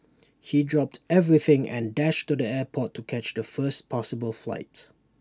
he dropped everything and dashed to the airport to catch the first possible flight